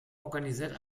organisiert